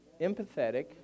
empathetic